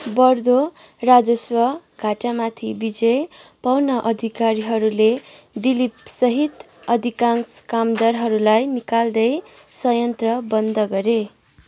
बढ्दो राजस्व घाटामाथि विजय पाउन अधिकारीहरूले दिलीपसहित अधिकांश कामदारलाई निकाल्दै संयन्त्र बन्द गरे